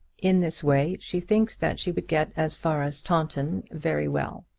in this way she thinks that she would get as far as taunton very well.